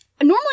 Normally